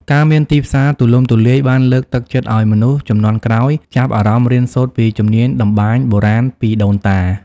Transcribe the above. ការមានទីផ្សារទូលំទូលាយបានលើកទឹកចិត្តឱ្យមនុស្សជំនាន់ក្រោយ ចាប់អារម្មណ៍រៀនសូត្រពីជំនាញតម្បាញបុរាណពីដូនតា។